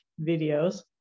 videos